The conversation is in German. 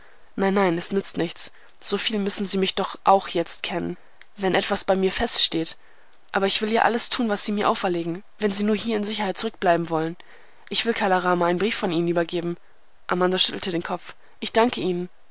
nein nein es nützt nichts so viel müssen sie mich doch auch jetzt kennen wenn etwas bei mir feststeht aber ich will ja alles tun was sie mir auferlegen wenn sie nur hier in sicherheit zurückbleiben wollen ich will kala rama einen brief von ihnen übergeben amanda schüttelte den kopf ich danke ihnen